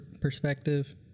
perspective